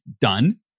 done